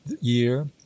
year